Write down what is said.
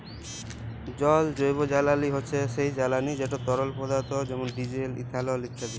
জল জৈবজ্বালানি হছে সেই জ্বালানি যেট তরল পদাথ্থ যেমল ডিজেল, ইথালল ইত্যাদি